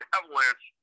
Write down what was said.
avalanche